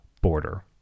border